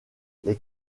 les